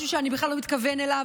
משהו שאני בכלל לא מתכוון אליו.